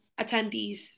attendees